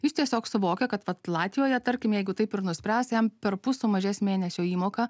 jis tiesiog suvokia kad latvijoje tarkim jeigu taip ir nuspręs jam perpus sumažės mėnesio įmoka